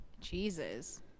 Jesus